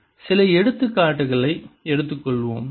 Mrr r3r rdV சில எடுத்துக்காட்டுகளை எடுத்துக் கொள்வோம்